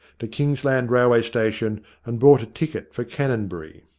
to kings land railway station and bought a ticket for canonbury.